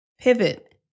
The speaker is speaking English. pivot